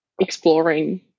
exploring